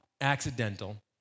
accidental